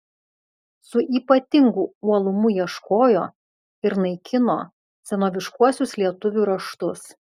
su ypatingu uolumu ieškojo ir naikino senoviškuosius lietuvių raštus